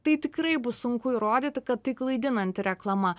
tai tikrai bus sunku įrodyti kad tai klaidinanti reklama